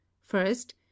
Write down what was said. first